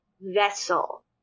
vessel